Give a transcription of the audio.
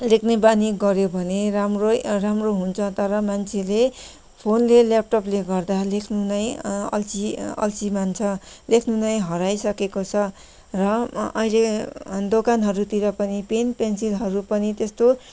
लेख्ने बानी गऱ्यो भने राम्रै राम्रो हुन्छ तर मान्छेले फोनले ल्यापटपले गर्दा लेख्नु नै अल्छि अल्छि मान्छ लेख्नु नै हराइसकेको छ र अहिले दोकनहरूतिर पनि पेन पेन्सिलहरू पनि त्यस्तो